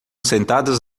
sentadas